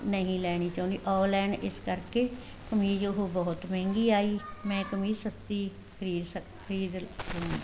ਨਹੀਂ ਲੈਣੀ ਚਾਹੁੰਦੀ ਓਨਲੈਨ ਇਸ ਕਰਕੇ ਕਮੀਜ਼ ਉਹ ਬਹੁਤ ਮਹਿੰਗੀ ਆਈ ਮੈਂ ਕਮੀਜ਼ ਸਸਤੀ ਖਰੀਦ ਸ ਖਰੀਦ